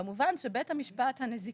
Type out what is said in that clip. במובן שבית המשפט הנזיקי,